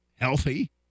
healthy